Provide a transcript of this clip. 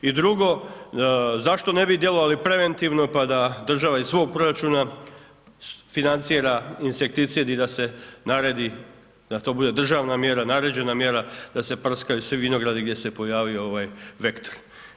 I drugo, zašto ne bi djelovali preventivno pa da država iz svog proračuna financira insekticid i da se naredi da to bude državna mjera, naređena mjera, da se prskaju svi vinogradi gdje se pojavio ovaj vektor.